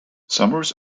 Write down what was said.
summers